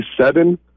seven